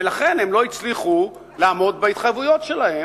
ולכן הן לא הצליחו לעמוד בהתחייבויות שלהן.